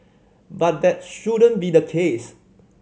but that shouldn't be the case